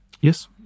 Yes